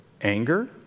anger